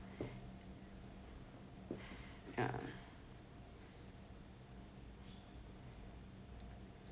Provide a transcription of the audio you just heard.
yeah